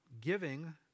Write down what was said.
giving